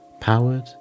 powered